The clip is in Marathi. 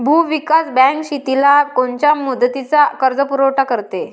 भूविकास बँक शेतीला कोनच्या मुदतीचा कर्जपुरवठा करते?